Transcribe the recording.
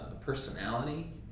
personality